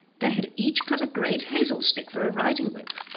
they had each cut a great hazel stick for a riding-whip,